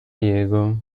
diego